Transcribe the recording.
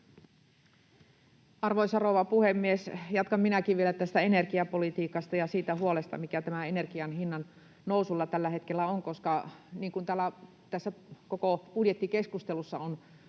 Arvoisa rouva puhemies! Jatkan minäkin vielä tästä energiapolitiikasta ja siitä huolesta, mikä tästä energian hinnannoususta tällä hetkellä on, koska tässä koko budjettikeskustelussa on